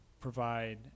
provide